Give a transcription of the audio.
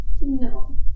No